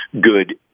good